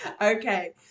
okay